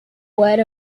word